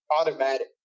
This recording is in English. automatic